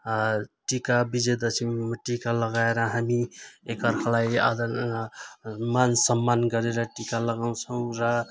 टिका विजय दशमीमा टिका लगाएर हामी एकाअर्कालाई आदर मानसम्मान गरेर टिका लगाउँछौँ र